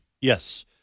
Yes